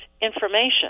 information